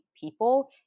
people